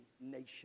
nation